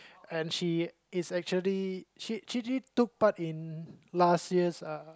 and she is actually she she she actually took part in last year's uh